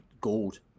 gold